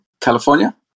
California